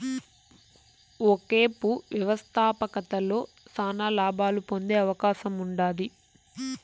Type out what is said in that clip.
ఒకేపు వ్యవస్థాపకతలో శానా లాబాలు పొందే అవకాశముండాది